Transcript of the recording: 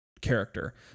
character